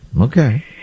Okay